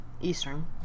Eastern